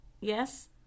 Yes